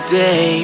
day